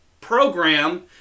Program